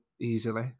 easily